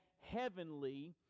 heavenly